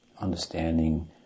understanding